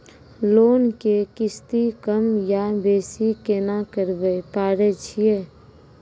Loan के किस्ती कम या बेसी केना करबै पारे छियै?